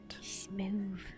Smooth